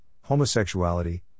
homosexuality